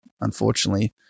Unfortunately